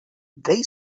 they